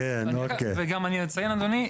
רם,